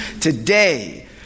today